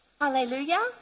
Hallelujah